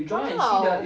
!wow!